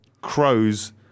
crows